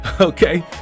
Okay